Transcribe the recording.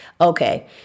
okay